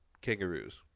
Kangaroos